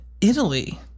italy